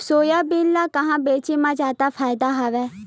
Soybean ल कहां बेचे म जादा फ़ायदा हवय?